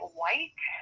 white